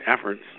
efforts